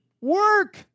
work